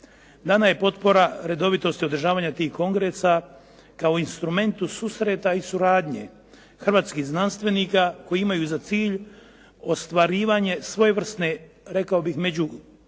Dana je potpora redovitosti održavanja tih kongresa kao instrumentu susreta i suradnje hrvatskih znanstvenika koji imaju za cilj ostvarivanje svojevrsne rekao bih međuhrvatske